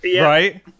Right